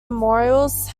memorials